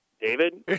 David